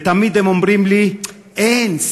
ותמיד הם אומרים לי: אין,